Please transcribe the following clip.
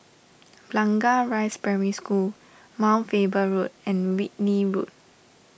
Blangah Rise Primary School Mount Faber Road and Whitley Road